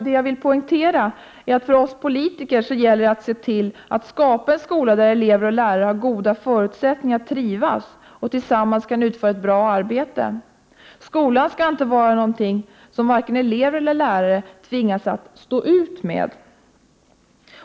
Det jag vill poängtera är att det för oss politiker gäller att skapa en skola, där elever och lärare har goda förutsättningar att trivas och tillsammans kan utföra ett bra arbete. Skolan skall inte vara någonting som lärare och elever tvingas att stå ut med.